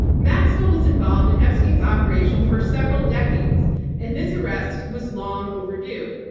maxwell was involved in epstein's operation for several decades and this arrest was long overdue.